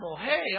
Hey